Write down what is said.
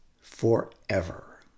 forever